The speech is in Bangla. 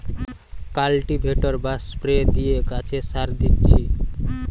কাল্টিভেটর বা স্প্রে দিয়ে গাছে সার দিচ্ছি